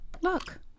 Look